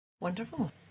Wonderful